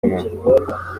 inyuma